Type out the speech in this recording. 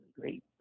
great